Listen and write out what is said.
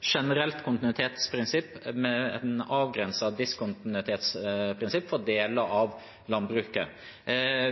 generelt kontinuitetsprinsipp med et avgrenset diskontinuitetsprinsipp for deler av landbruket.